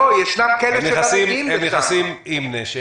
לא, יש כאלה שנכנסים עם נשקים.